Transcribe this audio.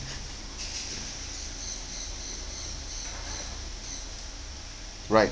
right